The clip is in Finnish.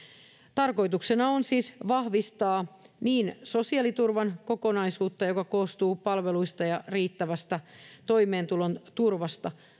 tarkoituksena on siis vahvistaa sosiaaliturvan kokonaisuutta joka koostuu palveluista ja riittävästä toimeentulon turvasta